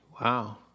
Wow